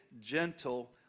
gentle